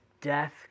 death